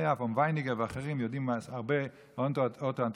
היה ויינינגר ואחרים, הרבה אוטו-אנטישמים.